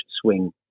swing